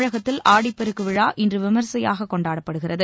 தமிழகத்தில் ஆடிப்பெருக்கு விழா இன்று விமரிசையாக கொண்டாடப்படுகிறது